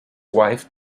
wife